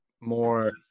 more